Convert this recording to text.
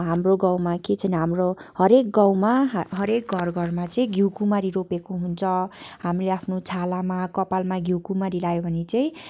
हाम्रो गाउँमा के चाहिँ हाम्रो हरेक गाउँमा हरेक घर घरमा चाहिँ घिउकुमारी रोपेको हुन्छ हामीले आफ्नो छालामा हाम्रो कपालमा घिउकुमारी लगायो भने चाहिँ